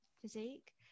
physique